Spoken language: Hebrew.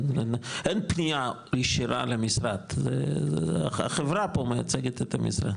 אין פנייה ישירה למשרד, החברה פה מייצגת את המשרד.